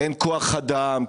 אין כוח אדם,